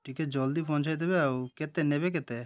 ଟିକେ ଜଲ୍ଦି ପହଞ୍ଚାଇ ଦେବେ ଆଉ କେତେ ନେବେ କେତେ